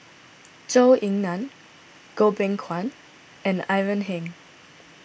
Zhou Ying Nan Goh Beng Kwan and Ivan Heng